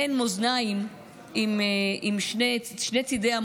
מעין מאזניים עם שני צידי המאזניים: